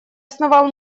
основал